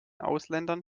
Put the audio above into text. ausländern